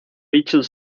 richard